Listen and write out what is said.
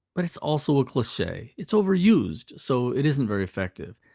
but it's also a cliche. it's overused, so it isn't very effective.